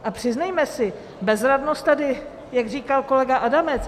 A přiznejme si bezradnost tady, jak říkal kolega Adamec.